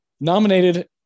Nominated